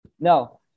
No